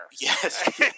Yes